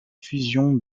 fusion